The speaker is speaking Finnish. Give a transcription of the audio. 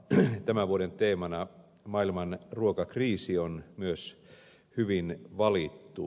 tämän vuoden teemana maailman ruokakriisi on myös hyvin valittu